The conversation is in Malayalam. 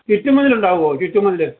ചുറ്റുമതിലുണ്ടാവോ ചുറ്റ് മതിൽ